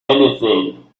anything